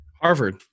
Harvard